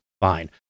fine